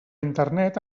internet